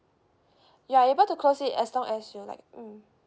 you are able to close it as long as you like mm